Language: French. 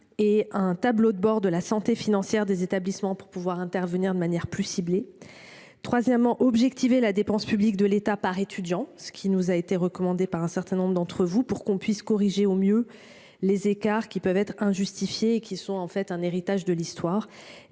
et un tableau de bord de la santé financière des établissements pour pouvoir intervenir de manière plus ciblée. Le troisième, c’est d’objectiver la dépense publique de l’État par étudiant, ce qui nous a été recommandé par un certain nombre d’entre vous, pour qu’on puisse corriger au mieux les écarts qui peuvent être injustifiés et qui sont en fait un héritage de l’histoire.